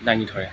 দাঙি ধৰে